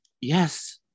Yes